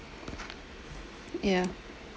ya